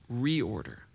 reorder